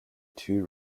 two